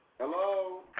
Hello